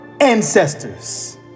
ancestors